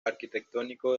arquitectónico